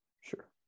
Sure